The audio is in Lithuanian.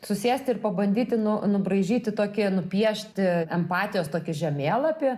susėsti ir pabandyti nu nubraižyti tokį nupiešti empatijos tokį žemėlapį